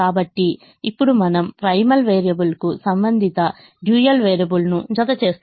కాబట్టి ఇప్పుడు మనంప్రైమల్ వేరియబుల్ కు సంబంధిత డ్యూయల్ వేరియబుల్ను జత చేస్తున్నాము